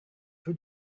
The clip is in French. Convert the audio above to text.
peu